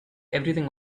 everything